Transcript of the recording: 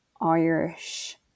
Irish